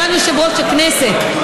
סגן יושב-ראש הכנסת,